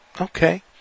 okay